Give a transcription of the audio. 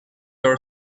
our